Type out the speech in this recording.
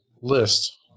list